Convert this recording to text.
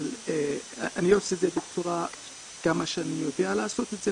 אבל אני עושה את זה בצורה עד כמה שאני יודע לעשות את זה,